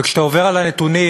כשאתה עובר על הנתונים,